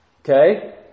Okay